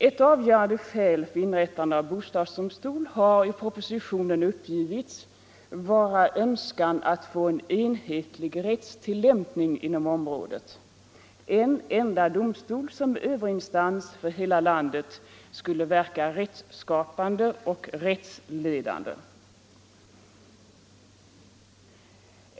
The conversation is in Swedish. Ett avgörande skäl för inrättande av bostadsdomstol har i propositionen uppgivits vara önskan att få en enhetlig rättstillämpning inom området. En enda domstol som överinstans för hela landet skulle verka rättsskapande och rättsledande.